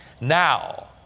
now